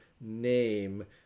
name